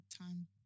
time